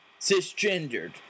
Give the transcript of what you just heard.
Cisgendered